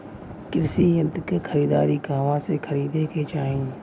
कृषि यंत्र क खरीदारी कहवा से खरीदे के चाही?